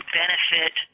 benefit